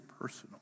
personal